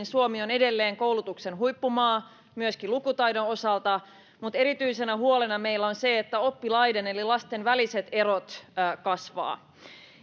suomi on edelleen koulutuksen huippumaa myöskin lukutaidon osalta mutta erityisenä huolena meillä on se että oppilaiden eli lasten väliset erot